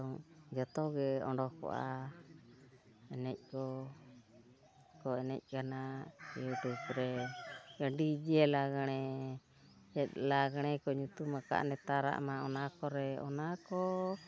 ᱡᱚᱛᱚᱜᱮ ᱚᱰᱳᱠᱚᱜᱼᱟ ᱮᱱᱮᱡ ᱠᱚᱠᱚ ᱮᱱᱮᱡ ᱠᱟᱱᱟ ᱤᱭᱩᱴᱩᱵᱽ ᱨᱮ ᱰᱤᱡᱮ ᱞᱟᱜᱽᱬᱮ ᱪᱮᱫ ᱞᱟᱜᱽᱬᱮ ᱠᱚ ᱧᱩᱛᱩᱢ ᱟᱠᱟᱫ ᱱᱮᱛᱟᱨᱟᱜᱼᱢᱟ ᱚᱱᱟ ᱠᱚᱨᱮ ᱚᱱᱟ ᱠᱚ